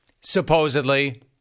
supposedly